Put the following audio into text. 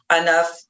enough